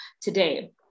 today